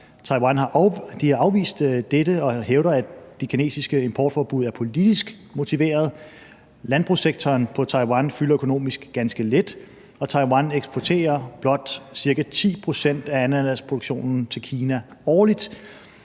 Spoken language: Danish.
Taiwan har afvist dette og hævder, at det kinesiske importforbud er politisk motiveret. Landbrugssektoren i Taiwan fylder økonomisk ganske lidt, og Taiwan eksporterer blot ca. 10 pct. af ananasproduktionen til Kina årligt.